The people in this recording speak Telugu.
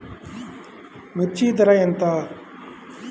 మిర్చి ధర ఎంత?